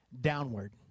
downward